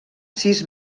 sis